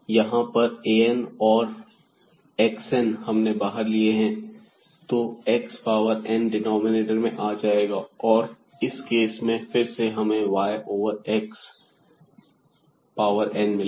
यहां पर an और x n हमने बाहर लिए हैं तो x पावर n डिनॉमिनेटर में आ जाएगा और इस केस में फिर से हमें y over x power n मिलेगा